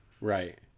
Right